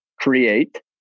create